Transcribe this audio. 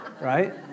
right